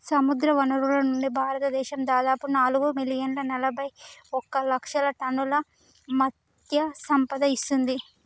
సముద్రవనరుల నుండి, భారతదేశం దాదాపు నాలుగు మిలియన్ల నలబైఒక లక్షల టన్నుల మత్ససంపద ఇస్తుంది